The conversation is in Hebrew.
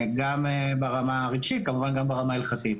גם ברמה הרגשית, כמובן גם ברמה ההלכתית.